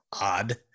Odd